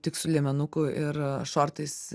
tik su liemenuku ir šortais